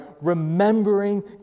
remembering